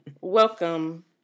Welcome